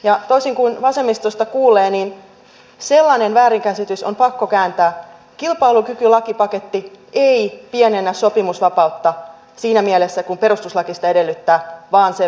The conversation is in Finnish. ja toisin kuin vasemmistosta kuulee sellainen väärinkäsitys on pakko kääntää kilpailukykylakipaketti ei pienennä sopimusvapautta siinä mielessä kuin perustuslaki sitä edellyttää vaan se kasvattaa sitä